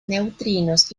neutrinos